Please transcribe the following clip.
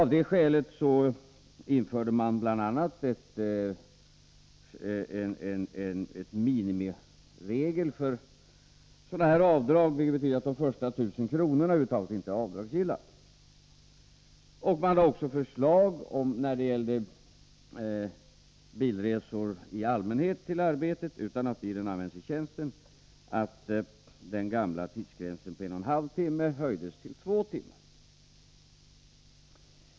Av det skälet införde man bl.a. en minimiregel för sådana här avdrag, vilken innebar att de första 1 000 kronorna över huvud taget inte blev avdragsgilla. Man lade också fram förslag beträffande bilresor i allmänhet till arbetet — dvs. utan att bilen användes i tjänsten — som innebar att den tidigare gränsen på 1,5 timmar höjdes till 2 timmar.